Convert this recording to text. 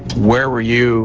where were you